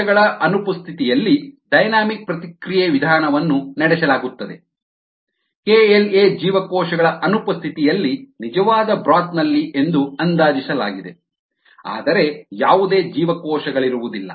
ಕೋಶಗಳ ಅನುಪಸ್ಥಿತಿಯಲ್ಲಿ ಡೈನಾಮಿಕ್ ಪ್ರತಿಕ್ರಿಯೆ ವಿಧಾನವನ್ನು ನಡೆಸಲಾಗುತ್ತದೆ kLa ಜೀವಕೋಶಗಳ ಅನುಪಸ್ಥಿತಿಯಲ್ಲಿ ನಿಜವಾದ ಬ್ರೋತ್ ನಲ್ಲಿ ಎಂದು ಅಂದಾಜಿಸಲಾಗಿದೆ ಆದರೆ ಯಾವುದೇ ಜೀವಕೋಶಗಳಿರುವುದಿಲ್ಲ